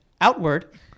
outward